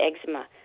eczema